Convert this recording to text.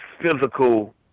physical